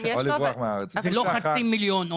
זה לא חצי מיליון.